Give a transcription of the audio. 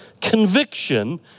conviction